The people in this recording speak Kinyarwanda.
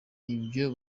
ibyo